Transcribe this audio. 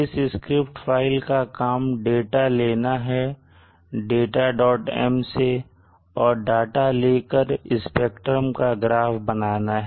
इस script file का काम डाटा लेना है datam से और डाटा लेकर स्पेक्ट्रम का ग्राफ बनाना है